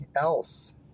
else